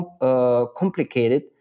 complicated